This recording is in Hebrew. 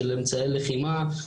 של אמצעי לחימה,